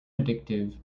addictive